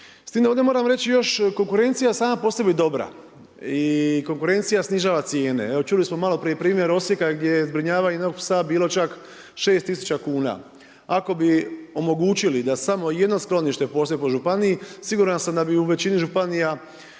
S time da ovdje moram reći još, konkurencija sam po sebi je dobra i konkurencija snižava cijene. Čuli smo maloprije primjer Osijeka gdje je zbrinjavanje jednog psa bilo čak 6 tisuća kuna. Ako bi omogućili da samo jedno sklonište postoji po županiji, siguran sam da bi u većini županija